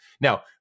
Now